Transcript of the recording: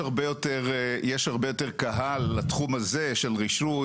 יש הרבה יותר קהל לתחום הזה של רישוי,